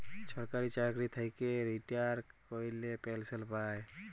সরকারি চাকরি থ্যাইকে রিটায়ার ক্যইরে পেলসল পায়